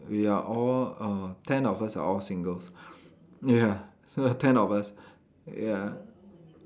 we are all uh ten of us are all singles ya so ten of us ya